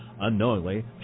Unknowingly